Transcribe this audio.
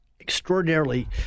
extraordinarily